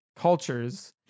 cultures